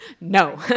No